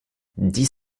dix